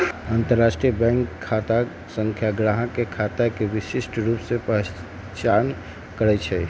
अंतरराष्ट्रीय बैंक खता संख्या गाहक के खता के विशिष्ट रूप से पहीचान करइ छै